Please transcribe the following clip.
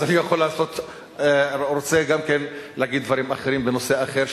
אז אני רוצה גם להגיד דברים אחרים בנושא אחר.